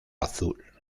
azul